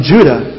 Judah